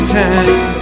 time